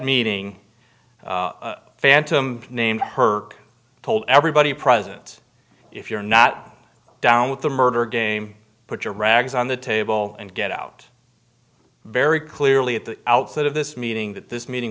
meeting phantom named her told everybody present if you're not down with the murder game put your rags on the table and get out very clearly at the outset of this meeting that this meeting